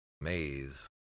maze